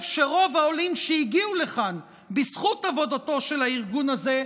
שרוב העולים שהגיעו לכאן בזכות עבודתו של הארגון הזה,